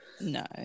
No